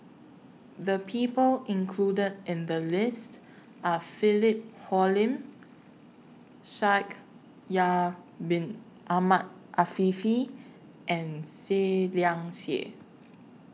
The People included in The list Are Philip Hoalim Shaikh Yahya Bin Ahmed Afifi and Seah Liang Seah